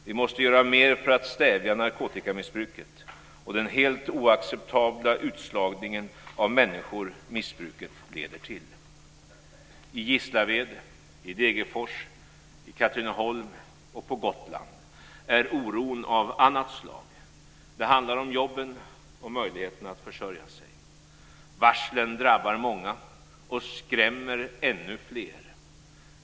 Vi måste göra mer för att stävja narkotikamissbruket och den helt oacceptabla utslagning av människor missbruket leder till. Gotland är oron av annat slag. Det handlar om jobben och möjligheterna att försörja sig. Varslen drabbar många och skrämmer ännu fler.